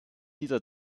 dieser